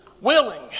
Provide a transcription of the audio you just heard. Willing